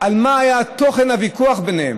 על מה היה תוכן הוויכוח ביניהם.